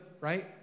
right